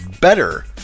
better